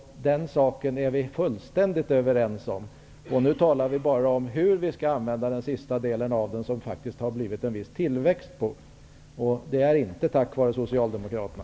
Den saken är vi fullständigt överens om. Nu talar vi bara om hur vi skall använda den sista delen av pengarna, som det faktiskt har blivit en viss tillväxt på. Det är inte tack vare Socialdemokraterna